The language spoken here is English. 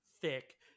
thick